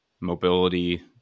mobility